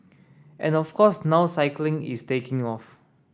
and of course now cycling is taking off